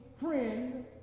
friend